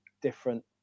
different